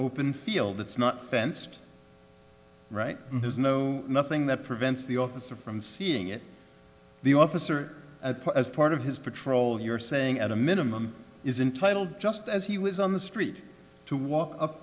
open field that's not fenced right there's no nothing that prevents the officer from seeing it the officer as part of his patrol you're saying at a minimum is entitled just as he was on the street to walk up